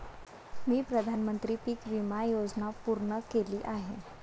मी प्रधानमंत्री पीक विमा योजना पूर्ण केली आहे